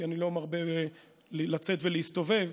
כי אני לא מרבה לצאת ולהסתובב,